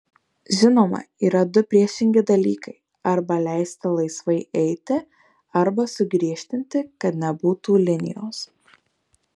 žinoma yra du priešingi dalykai arba leisti laisvai eiti arba sugriežtinti kad nebūtų linijos